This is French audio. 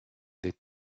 des